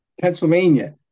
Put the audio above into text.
Pennsylvania